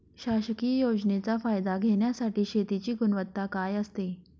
शासकीय योजनेचा फायदा घेण्यासाठी शेतीची गुणवत्ता काय असते?